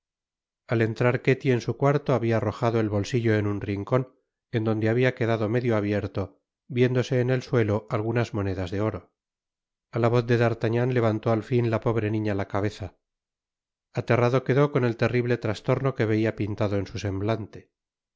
al entrar ketty en su cuarto habia arrojado el bolsillo en un rincon en donde habia quedado medio abierto viéndose en el suelo algunas monedas de oro a la voz de d'artagnan levantó al fin la pobre niña la cabeza aterrado quedó con el terrible trastorno que veia pintado en su semblante